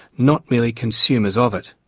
not merely consumers of it.